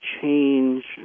change